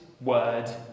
word